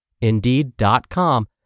Indeed.com